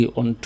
on